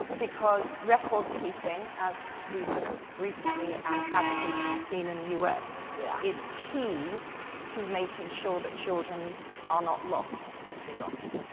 because record-keeping as we have recently and tragically seen in the us yeah is key to making sure that children are not lost simply lost.